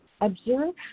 Observe